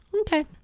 Okay